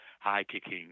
high-kicking